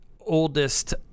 oldest